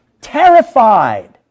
Terrified